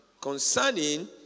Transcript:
concerning